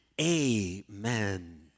Amen